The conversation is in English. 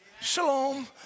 shalom